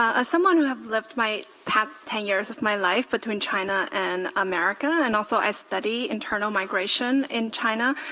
as someone who have lived my past ten years of my life between china and america, and also i study internal migration in china,